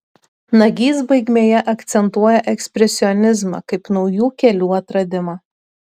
nagys baigmėje akcentuoja ekspresionizmą kaip naujų kelių atradimą